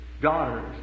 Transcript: daughters